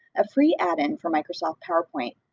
a free add-in for microsoft powerpoint.